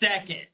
Second